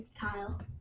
Kyle